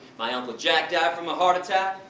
my uncle jack died from a heart attack.